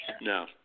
No